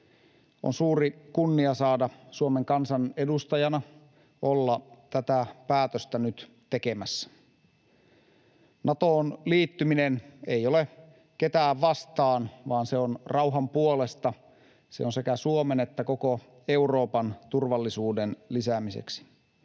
On suuri kunnia saada Suomen kansan edustajana olla tätä päätöstä nyt tekemässä. Natoon liittyminen ei ole ketään vastaan, vaan se on rauhan puolesta, se on sekä Suomen että koko Euroopan turvallisuuden lisäämiseksi.